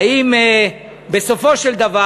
האם בסופו של דבר,